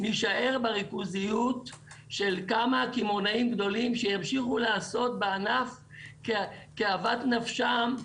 בריכוזיות של כמה קמעונאים גדולים שימשיכו לעשות בענף כאוות נפשם,